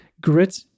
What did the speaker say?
Grit